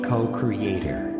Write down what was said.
co-creator